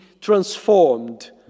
transformed